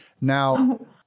Now